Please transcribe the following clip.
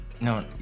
No